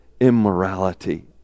immorality